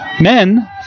men